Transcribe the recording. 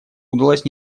удалось